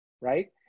right